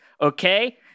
okay